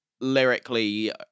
lyrically